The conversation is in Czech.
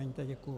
Děkuju.